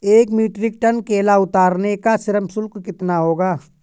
एक metric ton केला उतारने का श्रम शुल्क कितना होगा?